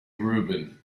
rubin